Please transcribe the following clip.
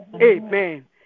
Amen